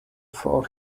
for